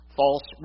false